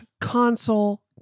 console